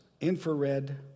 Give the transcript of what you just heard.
infrared